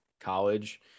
college